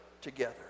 together